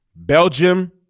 Belgium